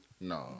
no